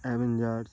avengers